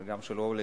גם של אורלי,